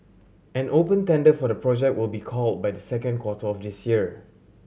an open tender for the project will be call by the second quarter of this year